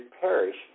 perish